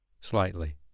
slightly